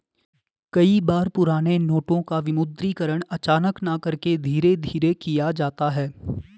कई बार पुराने नोटों का विमुद्रीकरण अचानक न करके धीरे धीरे किया जाता है